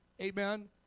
amen